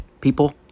people